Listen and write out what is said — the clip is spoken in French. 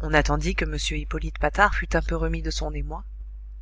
on attendit que m hippolyte patard fût un peu remis de son émoi